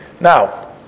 Now